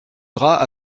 drap